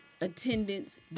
attendance